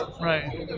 Right